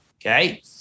okay